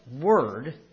word